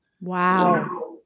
Wow